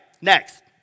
next